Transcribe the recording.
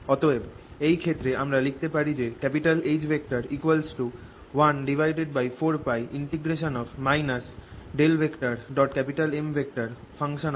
অতএব এই ক্ষেত্রে আমরা লিখতে পারি H 14π Mr r r